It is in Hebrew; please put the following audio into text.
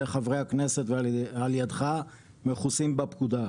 חברי הכנסת ועל ידך מכוסים בפקודה,